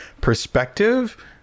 perspective